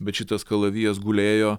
bet šitas kalavijas gulėjo